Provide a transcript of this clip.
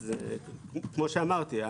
אז כמו שאמרתי,